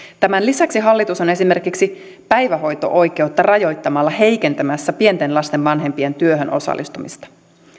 tämän lisäksi hallitus on esimerkiksi päivähoito oikeutta rajoittamalla heikentämässä pienten lasten vanhempien työhön osallistumista